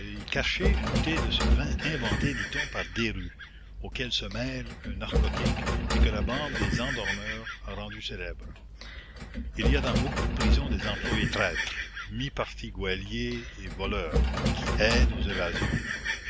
y cacher une bouteille de ce vin inventé dit-on par desrues auquel se mêle un narcotique et que la bande des endormeurs a rendu célèbre il y a dans beaucoup de prisons des employés traîtres mi-partis geôliers et voleurs qui aident aux évasions